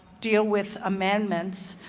deal with amendments,